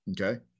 okay